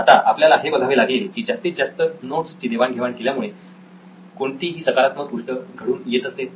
तर आता आपल्याला हे बघावे लागेल की जास्तीत जास्त नोट्स ची देवाण घेवाण केल्यामुळे कोणतीही सकारात्मक गोष्ट घडून येत असते